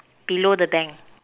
below the bank